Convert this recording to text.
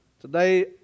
Today